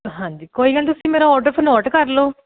ਹਾਂਜੀ ਕੋਈ ਗੱਲ ਨਹੀਂ ਤੁਸੀਂ ਮੇਰਾ ਔਡਰ ਫਿਰ ਨੋਟ ਕਰ ਲਓ